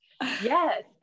Yes